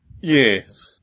Yes